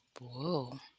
Whoa